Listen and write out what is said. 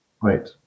Right